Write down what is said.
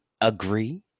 agree